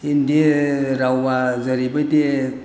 हिन्दी रावा जेरैबायदि